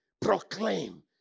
proclaim